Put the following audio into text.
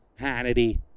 Hannity